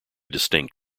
distinct